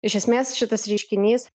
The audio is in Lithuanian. iš esmės šitas reiškinys